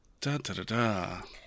Da-da-da-da